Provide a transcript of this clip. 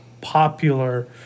popular